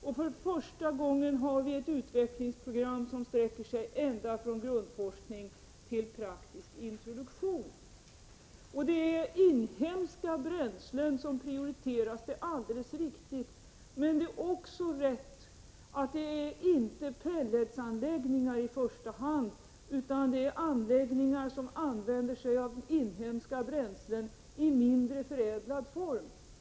Och för första gången har vi ett utvecklingsprogram som sträcker sig ända från grundforskning till praktisk introduktion. Det är alldeles riktigt att det är inhemska bränslen som prioriteras. Men det är också rätt att det inte är pelletsanläggningar i första hand, utan anläggningar där det används inhemska bränslen i mindre förädlad form.